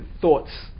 Thoughts